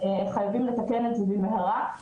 חייבים לתקן את זה במהרה.